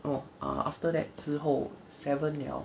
orh after that 之后 seven liao